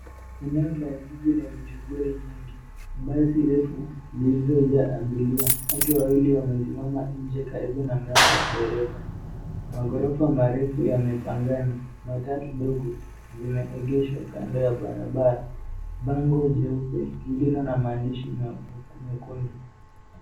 Eneo la jiji lenye shughuli nyingi. Basi refu lililojaa abiria. Watu wawili wamesimama nje karibu na mlango wa dereva. Maghorofa marefu yamepangana. Matatu ndogo zimeegeshwa kando ya barabara. Bango jeusi lililo na maandishi mekundu.